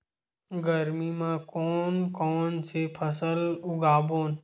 गरमी मा कोन कौन से फसल उगाबोन?